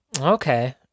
okay